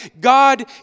God